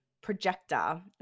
projector